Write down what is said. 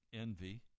envy